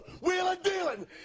wheeling-dealing